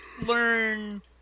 learn